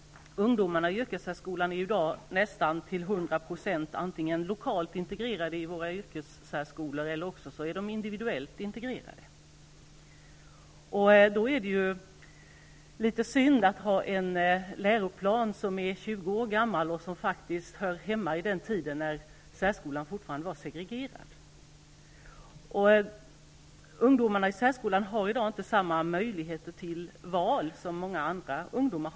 Ungdomarna i yrkessärskolan är i dag nästan till 100 % antingen lokalt integrerade i våra yrkessärskolor eller individuellt integrerade. Det är då litet synd att ha en läroplan, som är 20 år gammal och som hör hemma i den tiden när särskolan fortfarande var segregerad. Ungdomar i särskolan har inte samma möjligheter till val som många andra ungdomar.